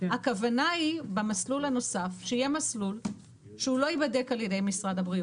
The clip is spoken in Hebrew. הכוונה היא במסלול הנוסף שיהיה מסלול שהוא לא ייבדק על ידי משרד הבריאות